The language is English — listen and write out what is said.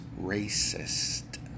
racist